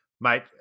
mate